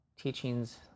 teachings